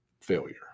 failure